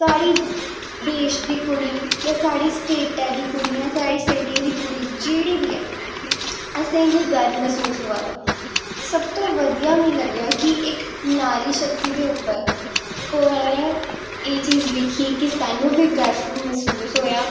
साढ़े देश दी कुड़ी जां साढ़ी स्टेटा दी कुड़ी जां साढ़ी सीटी दी कुड़ी जेह्ड़ी बी ऐ असेंगी गर्व मैह्सूस होआ दा सब तो बधियै मिगी लग्गेआ कि नारी शक्ति दे उप्पर कुसै नै एह् चीज़ दिखी कि साह्नू बी गर्व मैह्सूस होआ